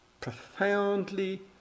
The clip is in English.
profoundly